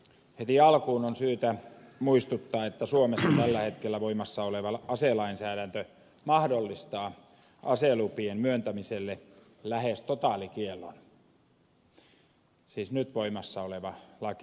heti alkuun on syytä muistuttaa että suomessa tällä hetkellä voimassa oleva aselainsäädäntö mahdollistaa aselupien myöntämiselle lähes totaalikiellon siis nyt voimassa oleva laki